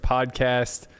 Podcast